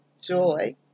joy